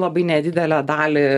labai nedidelę dalį